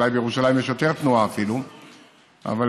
אולי בירושלים יש אפילו יותר תנועה,